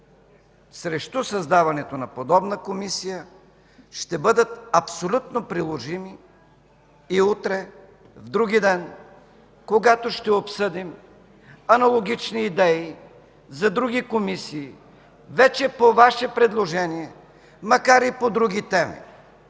срещу създаването на подобна Комисия, ще бъдат абсолютно приложими и утре, и вдругиден, когато ще обсъдим аналогични идеи за други комисии, вече по Ваше предложение, макар и по други теми.